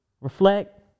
reflect